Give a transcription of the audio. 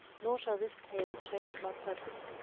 nor shall this tale change my purpose.